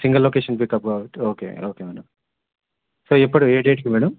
single location pickup కాబట్టి okay okay madam so ఎప్పుడు ఏడేట్కి మేడమ్